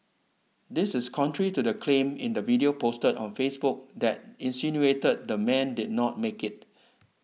this is contrary to the claim in the video posted on Facebook that insinuated the man did not make it